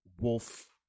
Wolf